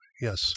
Yes